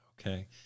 Okay